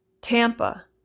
Tampa